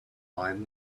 mind